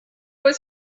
was